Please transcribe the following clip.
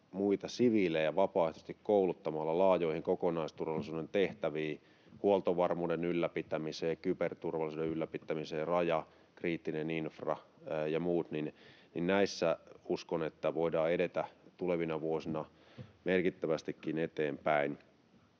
muita siviilejä vapaaehtoisesti kouluttamalla laajoihin kokonaisturvallisuuden tehtäviin, huoltovarmuuden ylläpitämiseen ja kyberturvallisuuden ylläpitämiseen, rajakriittinen infra ja muut, niin näissä uskon, että voidaan edetä tulevina vuosina merkittävästikin eteenpäin.